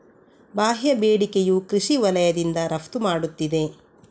ಬಾಹ್ಯ ಬೇಡಿಕೆಯು ಕೃಷಿ ವಲಯದಿಂದ ರಫ್ತು ಮಾಡುತ್ತಿದೆ